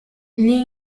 gli